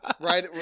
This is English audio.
right